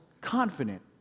confident